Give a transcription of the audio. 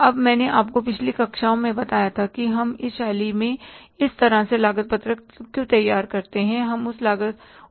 अब मैंने आपको पिछली कक्षाओं में बताया था कि हम इस शैली में इस तरह से लागत पत्रक क्यों तैयार करते हैं